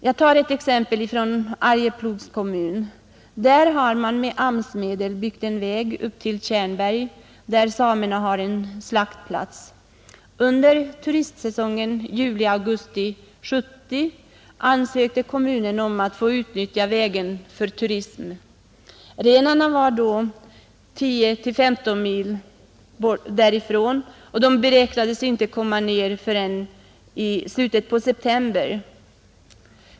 Exemplet är hämtat från Arjeplogs kommun, där man med AMS-medel byggt en väg upp till Tjärnberg, där samerna har en slaktplats. Under turistsäsongen juli-augusti 1970 ansökte kommunen om att få utnyttja vägen för turism. Renarna var då 10-15 mil därifrån och beräknades inte komma ner förrän i slutet på september.